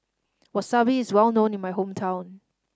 wasabi is well known in my hometown